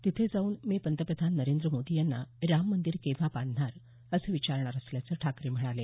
तिथे जाऊन मी पंतप्रधान नरेंद्र मोदी यांना राम मंदिर केव्हा बांधणार असं विचारणार असल्याचं ठाकरे म्हणाले